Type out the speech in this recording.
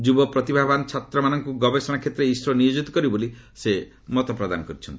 ଯୁବ ପତ୍ରିଭାବାନ ଛାତ୍ରମାନଙ୍କୁ ଗବେଷଣା କ୍ଷେତ୍ରରେ ଇସ୍ରୋ ନିୟୋଜିତ କରୁ ବୋଲି ସେ କହିଛନ୍ତି